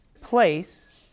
place